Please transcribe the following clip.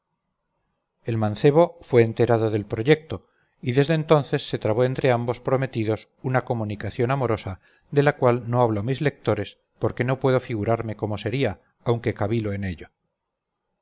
el mancebo fue enterado del proyecto y desde entonces se trabó entre ambos prometidos una comunicación amorosa de la cual no hablo a mis lectores porque no puedo figurarme cómo sería aunque cavilo en ello